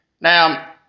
Now